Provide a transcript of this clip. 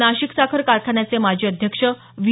नाशिक साखर कारखान्याचे माजी अध्यक्ष व्ही